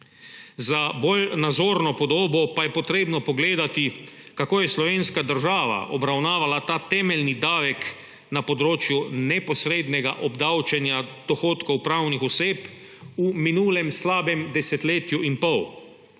Za bolj nazorno podobo pa je potrebno pogledati, kako je slovenska država obravnavala ta temeljni davek na področju neposrednega obdavčenja dohodkov pravnih oseb v minulem slabem desetletju in pol.